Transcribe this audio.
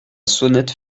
sonnette